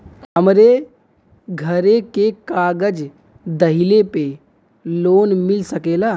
हमरे घरे के कागज दहिले पे लोन मिल सकेला?